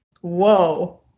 Whoa